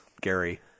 Gary